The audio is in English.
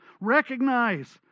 Recognize